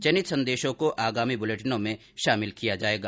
चयनित संदेशों को आगामी बुलेटिनों में शामिल किया जाएगा